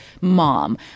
mom